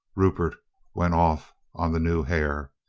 rupert went off on the new hare.